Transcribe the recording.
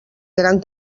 gran